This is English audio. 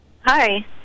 Hi